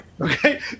Okay